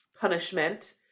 punishment